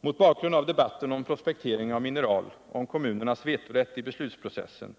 Mot bakgrund av debatten om prospektering av mineral, om kommunernas vetorätt i beslutsprocessen